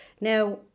Now